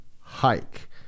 hike